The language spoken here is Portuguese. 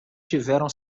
tiveram